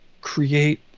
create